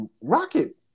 Rocket